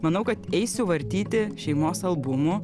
manau kad eisiu vartyti šeimos albumų